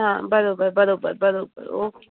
हा बराबरि बराबरि बराबरि ओके